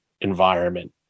environment